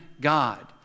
God